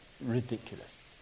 ridiculous